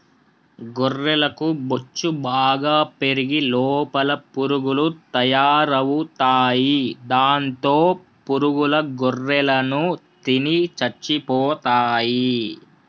గొర్రెలకు బొచ్చు బాగా పెరిగి లోపల పురుగులు తయారవుతాయి దాంతో పురుగుల గొర్రెలను తిని చచ్చిపోతాయి